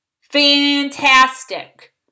Fantastic